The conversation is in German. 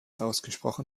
ausgesprochen